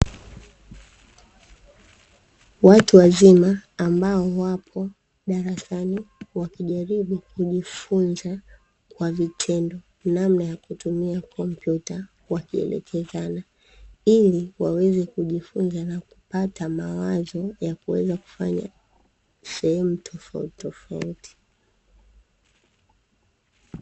Watu wazima ambao wapo darasani wakijaribu kujifunza kwa vitendo namna ya kutumia kompyuta, wakielekezana ili waweze kujifunza ili kupata mawazo ya kuweza kufanya sehemu tofautitofauti.